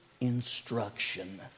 instruction